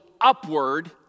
upward